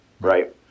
right